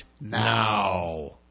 now